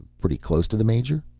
pretty close to the major?